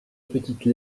petite